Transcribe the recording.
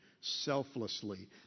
selflessly